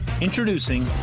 introducing